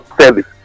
service